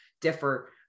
differ